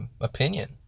opinion